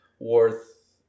worth